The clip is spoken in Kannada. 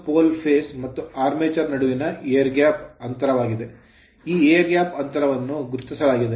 ಇದು pole ಧ್ರುವ phase ಫೇಸ್ಗಳ ಮತ್ತು armature ಆರ್ಮೇಚರ್ ನಡುವಿನ air gap ಗಾಳಿಯ ಅಂತರವಾಗಿದೆ ಈ air gap ಗಾಳಿಯ ಅಂತರವನ್ನು ಗುರುತಿಸಲಾಗಿದೆ